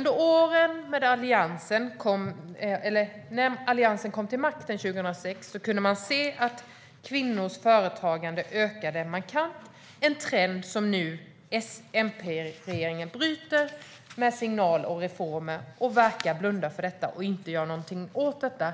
När Alliansen kom till makten 2006 kunde man se att kvinnors företagande ökade markant - en trend som nu S-MP-regeringen bryter med signaler om reformer. De verkar blunda för detta och inte göra någonting åt det.